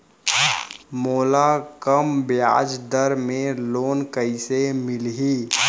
मोला कम ब्याजदर में लोन कइसे मिलही?